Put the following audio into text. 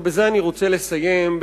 ובזה אני רוצה לסיים,